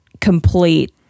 complete